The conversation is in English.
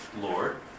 Lord